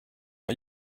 are